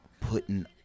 putting